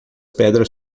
pedras